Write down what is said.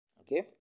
okay